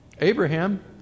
Abraham